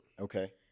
Okay